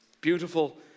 Beautiful